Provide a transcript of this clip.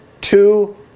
two